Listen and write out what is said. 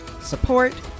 support